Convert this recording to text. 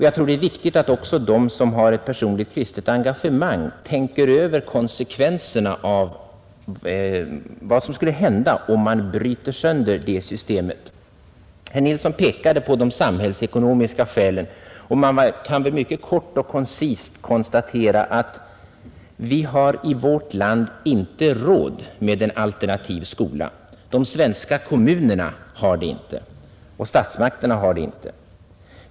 Jag tror det är viktigt att också de som har ett personligt kristet engagemang tänker över vad som skulle hända om man bryter sönder det systemet. Herr Nilsson i Agnäs pekade på de samhällsekonomiska skälen, och man kan väl mycket kort och koncist konstatera att vi i vårt land inte har råd med en alternativ skola — de svenska kommunerna har det inte, knappast heller statsmakterna.